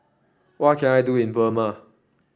what can I do in Burma